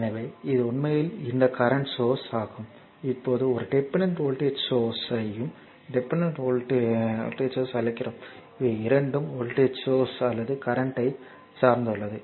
எனவே இது உண்மையில் இந்த கரண்ட் சோர்ஸ் ஆகும் இப்போது ஒரு டிபெண்டன்ட் வோல்ட்டேஜ் சோர்ஸ் ஐயும் அழைக்கிறோம் இவை இரண்டும் வோல்டேஜ் அல்லது கரண்ட்யை சார்ந்துள்ளது